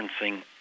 referencing